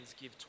give